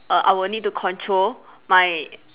err I will need to control my